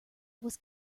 was